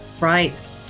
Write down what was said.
Right